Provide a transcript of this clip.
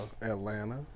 Atlanta